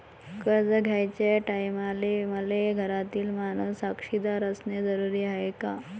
कर्ज घ्याचे टायमाले मले घरातील माणूस साक्षीदार असणे जरुरी हाय का?